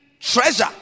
treasure